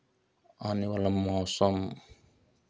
आने वाला मौसम